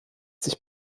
sich